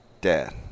dad